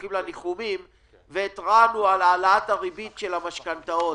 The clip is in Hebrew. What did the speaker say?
שולחים לה ניחומים והתרענו על העלאת הריבית של המשכנתאות.